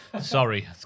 Sorry